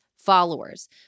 followers